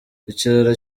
ikiraro